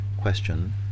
question